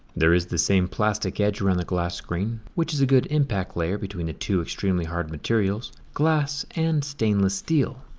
there is the same plastic edge around the glass screen, which is a good impact layer between the two extremely hard materials glass and stainless steel.